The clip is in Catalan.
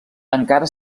encara